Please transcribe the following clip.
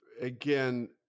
again